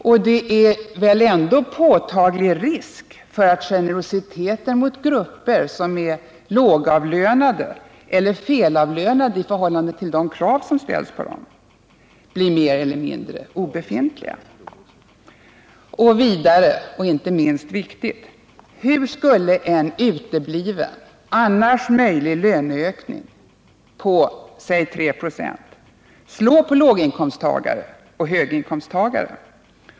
Och det finns väl ändå en påtaglig risk för att generositeten mot grupper som är lågavlönade eller felavlönade i förhållande till de krav som ställs på dem blir mer eller mindre obefintlig. Vidare och inte minst viktigt: Hur skulle en genom promsen utebliven annars möjlig löneökning på säg 3 96 slå på låginkomsttagare och höginkomsttagare?